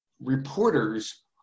reporters